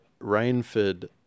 Rainford